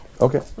Okay